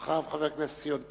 ואחריו, חבר הכנסת ציון פיניאן.